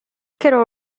creò